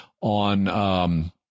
on